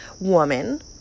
woman